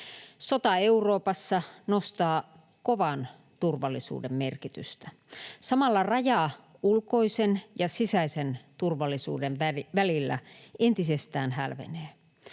Sota Euroopassa nostaa kovan turvallisuuden merkitystä. Samalla raja ulkoisen ja sisäisen turvallisuuden välillä entisestään hälvenee.